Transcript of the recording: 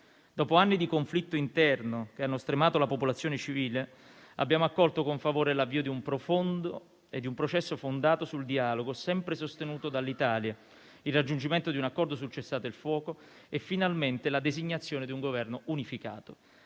Dopo anni di conflitto interno che hanno stremato la popolazione civile, abbiamo accolto con favore l'avvio di un processo fondato sul dialogo, sempre sostenuto dall'Italia, il raggiungimento di un accordo sul cessate il fuoco e finalmente la designazione di un Governo unificato.